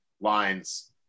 lines